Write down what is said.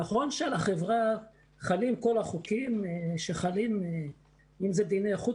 נכון שעל החברה חלים כל החוקים שחלים אם אלו דיני איכות